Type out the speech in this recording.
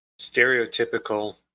stereotypical